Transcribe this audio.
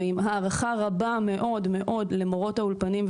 ועם הערכה רבה מאוד מאוד למורות האולפנים,